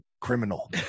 criminal